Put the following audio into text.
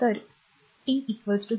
तर t 0